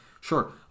sure